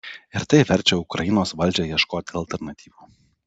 ir tai verčia ukrainos valdžią ieškoti alternatyvų